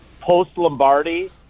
post-Lombardi